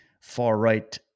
far-right